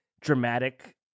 dramatic